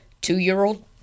two-year-old